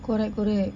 correct correct